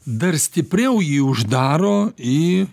dar stipriau jį uždaro į